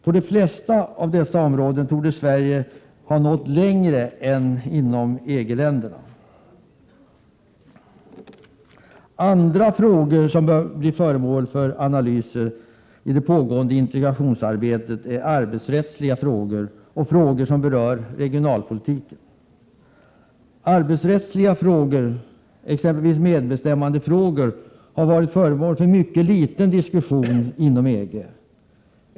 På de flesta av dessa områden torde Sverige ha nått längre än man gjort inom EG-länderna. Andra frågor som bör bli föremål för analyser i det pågående integrations Prot. 1987/88:114 arbetet är arbetsrättsliga frågor och frågor som berör regionalpolitiken. 4 maj 1988 Arbetsrättsliga frågor, exempelvis medbestämmandefrågor, har varit föremål för mycket liten diskussion inom EG.